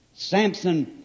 Samson